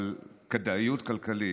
על כדאיות כלכלית.